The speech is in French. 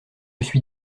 suis